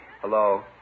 Hello